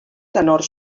tenor